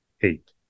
Eight